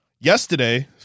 Yesterday